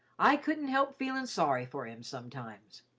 i couldn't help feelin' sorry for him sometimes.